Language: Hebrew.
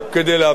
אכן,